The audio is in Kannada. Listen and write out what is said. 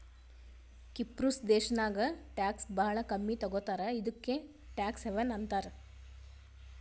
ಕಿಪ್ರುಸ್ ದೇಶಾನಾಗ್ ಟ್ಯಾಕ್ಸ್ ಭಾಳ ಕಮ್ಮಿ ತಗೋತಾರ ಇದುಕೇ ಟ್ಯಾಕ್ಸ್ ಹೆವನ್ ಅಂತಾರ